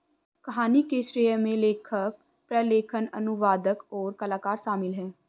कहानी के श्रेय में लेखक, प्रलेखन, अनुवादक, और कलाकार शामिल हैं